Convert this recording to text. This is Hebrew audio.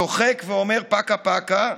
צוחק ואומר "פקה-פקה",